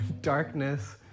darkness